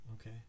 Okay